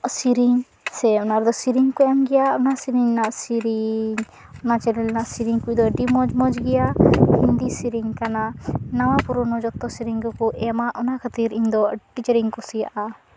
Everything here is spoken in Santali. ᱥᱤᱨᱤᱧ ᱥᱮ ᱚᱱᱟ ᱨᱮᱫᱚ ᱥᱤᱨᱤᱧ ᱠᱚ ᱮᱢ ᱜᱮᱭᱟ ᱚᱱᱟ ᱥᱤᱨᱤᱧ ᱨᱮᱭᱟᱜ ᱥᱤᱨᱤᱧ ᱚᱱᱟ ᱪᱮᱱᱮᱞ ᱨᱮᱭᱟᱜ ᱥᱤᱨᱤᱧ ᱠᱚᱫᱚ ᱟᱹᱰᱤ ᱢᱚᱸᱡᱽ ᱢᱚᱸᱡᱽ ᱜᱮᱭᱟ ᱦᱤᱱᱫᱤ ᱥᱤᱨᱤᱧ ᱠᱟᱱᱟ ᱱᱟᱣᱟ ᱯᱩᱨᱳᱱᱳ ᱡᱚᱛᱚ ᱥᱤᱨᱤᱧ ᱠᱚ ᱠᱚ ᱮᱢᱟ ᱚᱱᱟ ᱠᱷᱟᱹᱛᱤᱨ ᱤᱧ ᱫᱚ ᱟᱹᱰᱤ ᱡᱳᱨ ᱤᱧ ᱠᱩᱥᱤᱭᱟᱜᱼᱟ